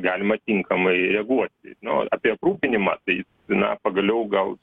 galima tinkamai reaguoti o apie aprūpinimą tai na pagaliau gal